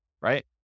right